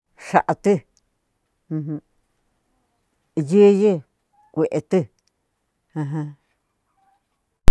Xa'atü ujun yuyu kuetu ajan.